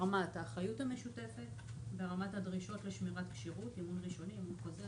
ורמת האחריות המשותפת ורמת הדרישות לשמירת כשירות --- הבנתי,